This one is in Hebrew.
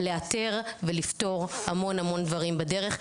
לאתר ולפתור המון המון דברים בדרך,